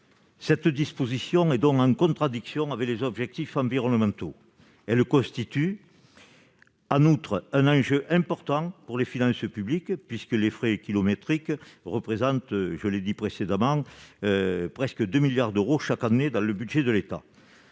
Cette disposition est en contradiction avec les objectifs environnementaux. Elle constitue en outre un enjeu important pour les finances publiques, puisque les frais kilométriques représentent, je l'ai dit, près de 2 milliards d'euros chaque année dans le budget de l'État.